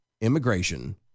immigration